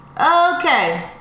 Okay